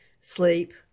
sleep